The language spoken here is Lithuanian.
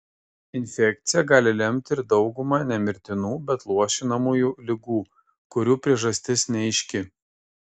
infekcija gali lemti ir daugumą ne mirtinų bet luošinamųjų ligų kurių priežastis neaiški